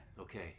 Okay